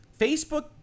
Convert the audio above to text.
Facebook